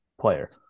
player